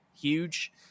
huge